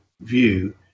view